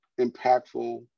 impactful